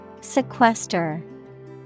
Sequester